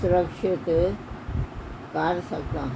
ਸੁਰਕਸ਼ਿਤ ਕਰ ਸਕਦਾ ਹਾਂ